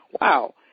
wow